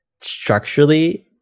structurally